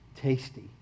tasty